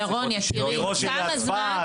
מראש עיריית צפת?